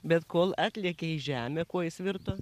bet kol atlėkė į žemę kuo jis virto